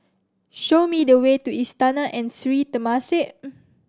show me the way to Istana and Sri Temasek